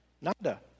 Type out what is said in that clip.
Nada